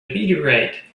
meteorite